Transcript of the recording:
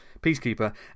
peacekeeper